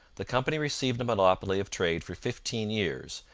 the company received a monopoly of trade for fifteen years,